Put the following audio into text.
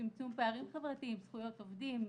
צמצום פערים חברתיים וזכויות עובדים,